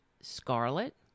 Scarlet